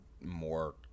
more